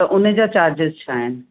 त उनजो चार्जिस छा आहिनि